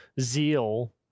zeal